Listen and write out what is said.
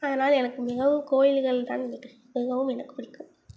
அதனால் எனக்கு மிகவும் கோவில்கள் தான் மிகவும் எனக்கு பிடிக்கும்